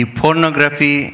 pornography